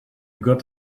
got